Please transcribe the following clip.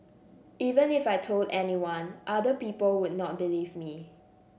even if I told anyone other people would not believe me